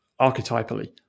archetypally